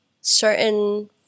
certain